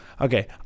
okay